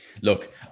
look